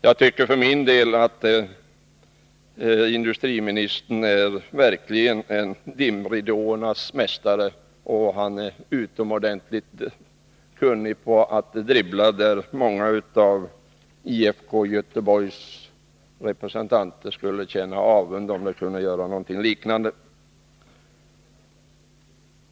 För min del tycker jag att industriministern verkligen är en dimridåernas mästare och utomordentligt kunnig på att dribbla. Många av IFK Göteborgs representanter känner säkert avund och önskar att de kunde göra någonting liknande.